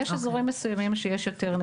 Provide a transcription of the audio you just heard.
יש אזורים מסוימים שיש יותר נגישות